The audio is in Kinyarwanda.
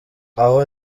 aha